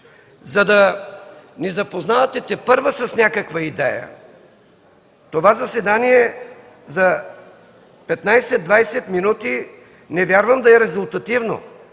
за да ни запознавате тепърва с някакви идея, това заседание за 15-20 минути не вярвам да е резултатно.